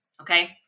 Okay